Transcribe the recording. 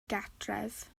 gartref